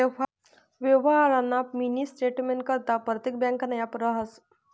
यवहारना मिनी स्टेटमेंटकरता परतेक ब्यांकनं ॲप रहास